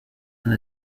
and